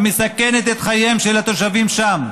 המסכנת את חייהם של התושבים שם,